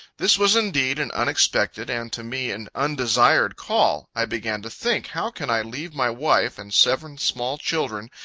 this was indeed an unexpected, and to me an undesired call. i began to think, how can i leave my wife and seven small children,